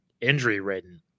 injury-ridden